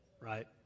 Right